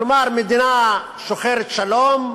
כלומר מדינה שוחרת שלום,